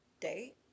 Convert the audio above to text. date